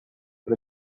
but